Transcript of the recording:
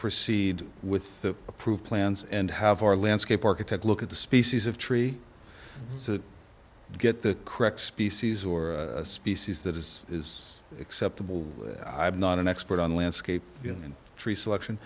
proceed with the approved plans and have our landscape architect look at the species of tree to get the correct species or species that is is acceptable i'm not an expert on landscape and tree selection